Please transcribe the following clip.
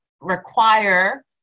require